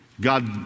God